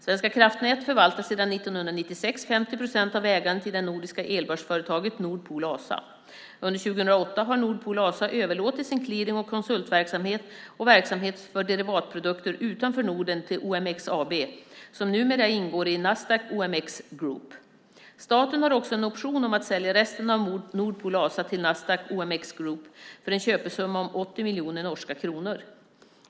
Svenska kraftnät förvaltar sedan 1996 50 procent av ägandet i det nordiska elbörsföretaget Nord Pool ASA. Under 2008 har Nord Pool ASA överlåtit sin clearing och konsultverksamhet och verksamhet för derivatprodukter utanför Norden till OMX AB som numera ingår i Nasdaq OMX Group. Staten har också en option om att sälja resten av Nord Pool ASA till Nasdaq OMX Group för en köpesumma om 80 miljoner norska kronor.